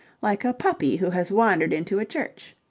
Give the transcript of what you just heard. like a puppy who has wandered into a church.